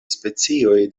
specioj